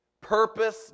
purpose